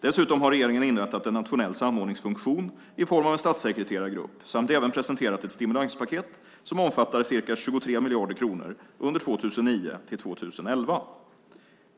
Dessutom har regeringen inrättat en nationell samordningsfunktion i form av en statssekreterargrupp samt även presenterat ett stimulanspaket som omfattar ca 23 miljarder kronor under 2009-2011.